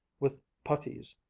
with puttees,